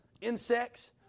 insects